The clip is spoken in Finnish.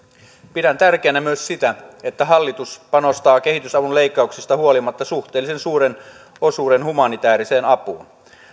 pidän tärkeänä myös sitä että hallitus panostaa kehitysavun leikkauksista huolimatta suhteellisen suuren osuuden humanitääriseen apuun